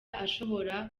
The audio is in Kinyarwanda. ashobora